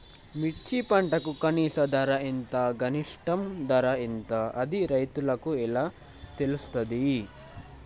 మిర్చి పంటకు కనీస ధర ఎంత గరిష్టంగా ధర ఎంత అది రైతులకు ఎలా తెలుస్తది?